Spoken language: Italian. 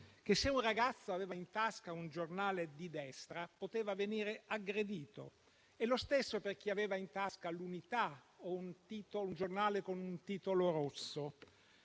che, se un ragazzo aveva in tasca un giornale di destra, poteva venire aggredito; lo stesso per chi aveva in tasca "l'Unità" o un giornale con un titolo rosso,